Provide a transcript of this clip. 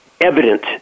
evident